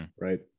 Right